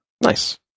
Nice